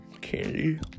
Candy